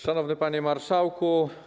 Szanowny Panie Marszałku!